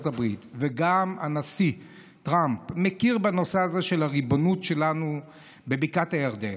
הברית וגם הנשיא טראמפ מכירים בריבונות שלנו בבקעת הירדן,